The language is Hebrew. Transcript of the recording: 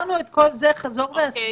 הסברנו את כל זה חזור והסבר.